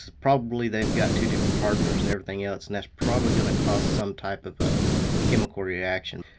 probably they've got two different hardeners and everything else, and that's probably gonna cause some type of a chemical reaction.